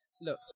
look